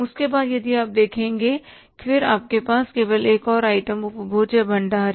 उसके बाद यदि आप देखें फिर हमारे पास केवल एक और आइटम उपभोज्य भंडार है